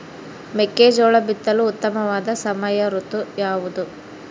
ಮೆಕ್ಕೆಜೋಳ ಬಿತ್ತಲು ಉತ್ತಮವಾದ ಸಮಯ ಋತು ಯಾವುದು?